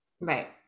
Right